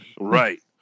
Right